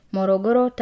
Morogoro